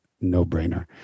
no-brainer